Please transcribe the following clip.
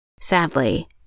Sadly